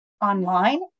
online